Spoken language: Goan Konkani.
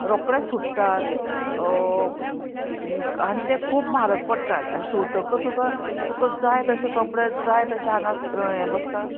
रोखडेच सुट्टात आनी ते खूब म्हारग पडटात आनी शिंवतकर तुका तुका जाय तशे कपडे जाय तशें आंगाक हें बसता